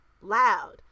loud